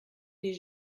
des